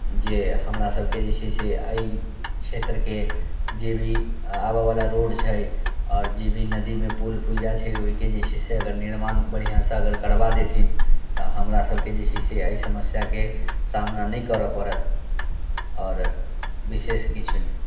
जे हमरासभके जे छै से अएहि क्षेत्रके जे भी आबयवला रोड छै आओर जे भी नदीमे पुल पुलिया छै ओहिके जे छै से अगर निर्माण बढ़िआँसँ अगर करबा देथिन तऽ हमरासभके जे छै से एहि समस्याके सामना नहि करय पड़त आओर विशेष किछु नहि